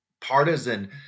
partisan